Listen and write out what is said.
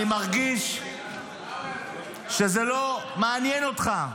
אני מרגיש שזה לא מעניין אותך,